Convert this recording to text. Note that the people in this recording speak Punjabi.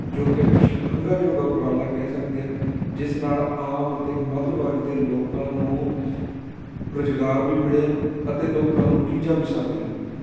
ਜੋ ਕਿ ਇੱਕ ਸ਼ਲਾਘਾਯੋਗ ਉਪਰਾਲਾ ਕਹਿ ਸਕਦੇ ਹਾਂ ਜਿਸ ਨਾਲ ਆਮ ਅਤੇ ਮੱਧ ਵਰਗ ਦੇ ਲੋਕਾਂ ਨੂੰ ਰੋਜ਼ਗਾਰ ਵੀ ਮਿਲਿਆ ਅਤੇ ਲੋਕਾਂ ਨੂੰ ਚੀਜ਼ਾਂ ਵੀ ਸਸਤੀਆਂ ਮਿਲੀਆਂ